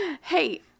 Hey